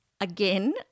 Again